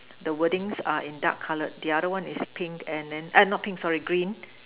the wordings are in dark colored the other one is pink and then ah not pink sorry green